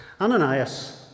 Ananias